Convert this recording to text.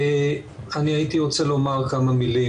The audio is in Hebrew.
אני הייתי רוצה לומר כמה מילים,